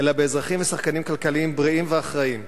אלא באזרחים ושחקנים כלכליים בריאים ואחראיים.